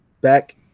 back